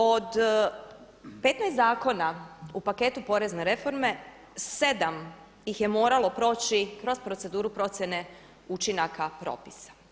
Od 15 zakona u paketu porezne reforme 7 ih je moralo proći kroz proceduru procjene učinaka propisa.